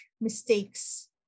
mistakes